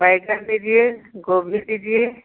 बैंगन दीजिए गोभी दीजिए